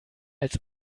als